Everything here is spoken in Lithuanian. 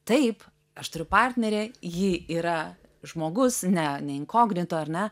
taip aš turiu partnerę ji yra žmogus ne ne inkognito ar ne